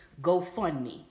GoFundMe